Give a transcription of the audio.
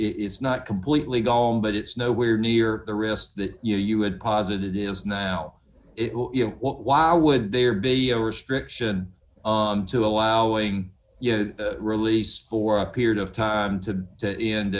it's not completely gone but it's nowhere near the risk that you would posit it is now you know why would there be a restriction to allowing you to release for a period of time to the end